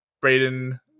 Braden